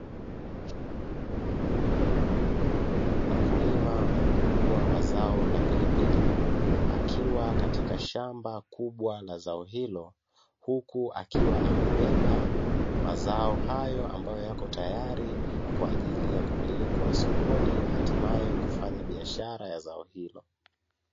Mkulima mkubwa wa zao la pilipili akiwa katika shamba kubwa la zao hilo huku akiwa amebeba mazao hayo ambayo yako tayari kwaajili ya kupelekwa sokoni na hatimaye kufanya biashara ya zao hilo.